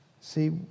See